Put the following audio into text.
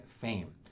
fame